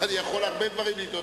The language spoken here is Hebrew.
אילו יכולתי לחוקק חוק,